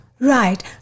Right